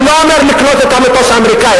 אני לא אומר שיש לקנות את המטוס האמריקני,